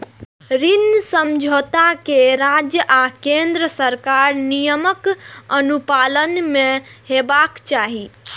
ऋण समझौता कें राज्य आ केंद्र सरकारक नियमक अनुपालन मे हेबाक चाही